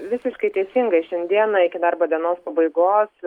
visiškai teisingai šiandieną iki darbo dienos pabaigos